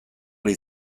ahal